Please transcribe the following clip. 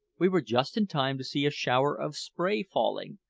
we were just in time to see a shower of spray falling,